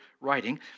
writing